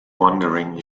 wondering